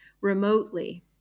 remotely